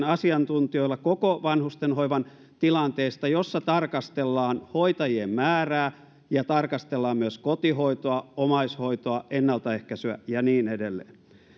asiantuntijoilla koko vanhusten hoivan tilanteesta laajemman selvityksen jossa tarkastellaan hoitajien määrää ja tarkastellaan myös kotihoitoa omaishoitoa ennaltaehkäisyä ja niin edelleen